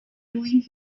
doing